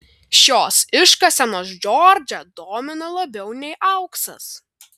šios iškasenos džordžą domino labiau nei auksas